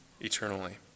eternally